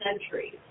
centuries